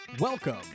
Welcome